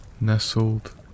nestled